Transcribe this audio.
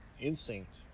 instinct